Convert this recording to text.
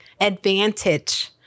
advantage